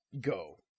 go